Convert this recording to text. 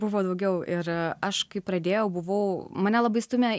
buvo daugiau ir aš kai pradėjau buvau mane labai stūmė